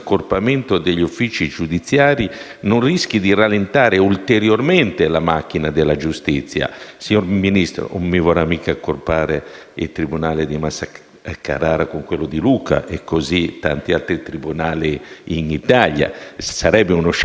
non rischi di rallentare ulteriormente la macchina della giustizia. Signor Ministro, non vorrà mica accorpare il tribunale di Massa Carrara con quello di Lucca, e così tanti altri tribunali in Italia? Sarebbe uno scempio. Noi non glielo permetteremo.